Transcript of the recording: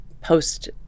post